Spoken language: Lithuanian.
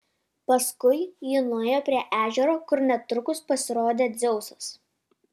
paskui ji nuėjo prie ežero kur netrukus pasirodė dzeusas